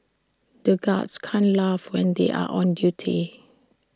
the guards can't laugh when they are on duty